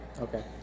Okay